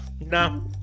No